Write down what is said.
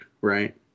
right